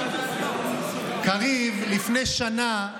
קריב, לפני שנה,